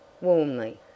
warmly